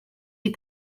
des